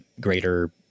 greater